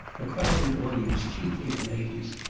a crowded audience chiefly of ladies,